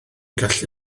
gallu